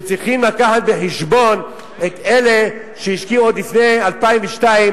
שצריכים להביא בחשבון שהשקיעו עוד לפני 2002,